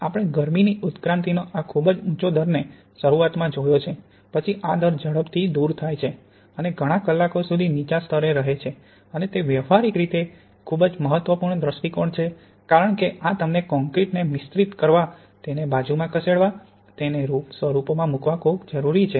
આપણે ગરમીની ઉત્ક્રાંતિનો આ ખૂબ જ ઉચો દરને શરૂઆતમાં જોયો છે પછી આ દર ઝડપથી દૂર જાય છે અને ઘણા કલાકો સુધી નીચા સ્તરે રહે છે અને તે વ્યવહારિક રીતે માટે ખૂબ જ મહત્વપૂર્ણ દૃષ્ટિકોણ છે કારણ કે આ તમને કોંક્રિટને મિશ્રિત કરવા તેને બાજુમાં ખસેડવા અને તેને સ્વરૂપોમાં મૂકવા ખૂબ જરૂરી છે